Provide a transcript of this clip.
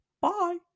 Bye